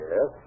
Yes